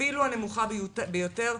אפילו הנמוכה ביותר,